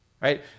Right